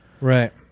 Right